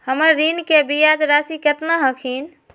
हमर ऋण के ब्याज रासी केतना हखिन?